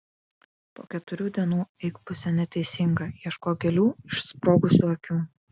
po keturių dienų eik puse neteisinga ieškok gėlių išsprogusių akių